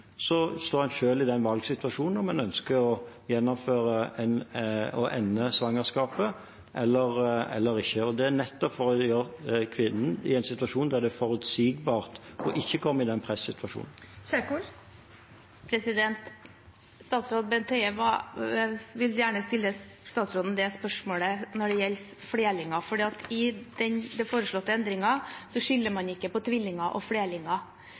står hun selv i den valgsituasjonen om hun ønsker å ende svangerskapet eller ikke. Dette gjør nettopp at kvinnen, i en situasjon der det er forutsigbart, ikke kommer i den pressituasjonen. Ingvild Kjerkol – til oppfølgingsspørsmål. Jeg vil gjerne stille statsråden spørsmål om flerlinger. I den foreslåtte endringen skiller man ikke på tvillinger og flerlinger. Ved flerlinger, trillinger og firlinger, er det betydelig reduksjon i risiko ved å ta bort foster. Det strides man ikke